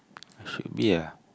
should be ah